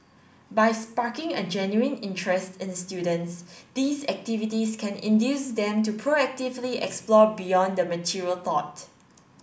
by sparking a genuine interest in students these activities can induce them to proactively explore beyond the material taught